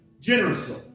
generously